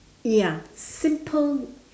ya simple